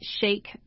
shake